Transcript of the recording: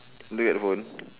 look at the phone